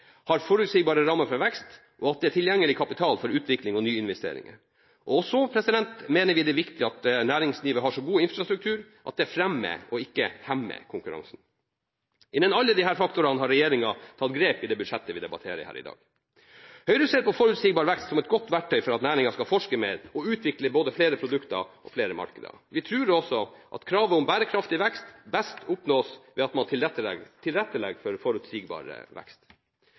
har forutsigbare rammer for vekst, og at det er tilgjengelig kapital for utvikling og nyinvesteringer. Vi mener også det er viktig at næringslivet har så god infrastruktur at det fremmer og ikke hemmer konkurransen. For alle disse faktorene har regjeringa tatt grep i det budsjettet vi debatterer her i dag. Høyre ser på forutsigbar vekst som et godt verktøy for at næringa skal forske mer og utvikle både flere produkter og flere markeder. Vi tror også at kravet om bærekraftig vekst best oppnås ved at man tilrettelegger for forutsigbar vekst.